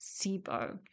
SIBO